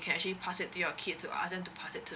you can actually pass it to your kid to ask them to pass it to